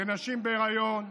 לנשים בהיריון,